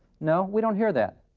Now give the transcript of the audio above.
no, we don't hear that.